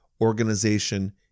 organization